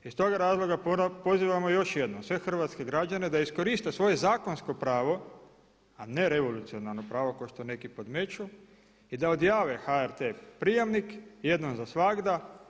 Iz tog razloga pozivamo još jednom sve hrvatske građane da iskoriste svoje zakonsko pravo, a ne revolucionarno pravo kao što neki podmeću i da odjave HRT prijamnik jednom za svagda.